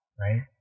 right